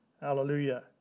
Hallelujah